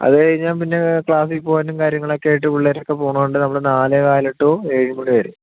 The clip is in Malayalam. അതു കഴിഞ്ഞാൽ പിന്നെ ക്ലാസ്സിൽ പോകാനും കാര്യങ്ങളൊക്കെ ആയിട്ട് പിള്ളേരൊക്കെ പോകണതുകൊണ്ട് നമ്മൾ നാല് കാല് ടൂ ഏഴു മണി വരെ